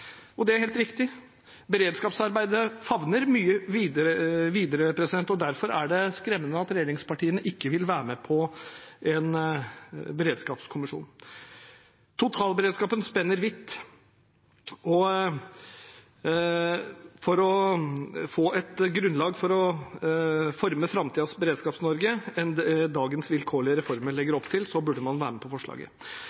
Det er helt riktig. Beredskapsarbeidet favner mye videre, og derfor er det skremmende at regjeringspartiene ikke vil være med på en beredskapskommisjon. Totalberedskapen spenner vidt, og for å få et bedre grunnlag for å forme framtidens Beredskaps-Norge enn det dagens vilkårlige reformer legger